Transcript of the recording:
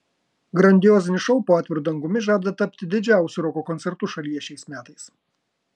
grandiozinis šou po atviru dangumi žada tapti didžiausiu roko koncertu šalyje šiais metais